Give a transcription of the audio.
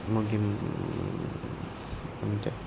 ముగింపు అంతే